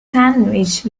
sandwich